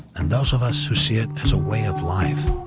and those of us who see it as a way of life.